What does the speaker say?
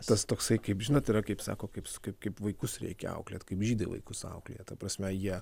tas toksai kaip žinot yra kaip sako kaip kaip kaip vaikus reikia auklėt kaip žydai vaikus auklėja ta prasme jie